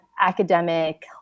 academic